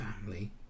family